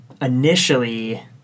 initially